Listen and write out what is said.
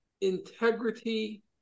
integrity